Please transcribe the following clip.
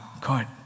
God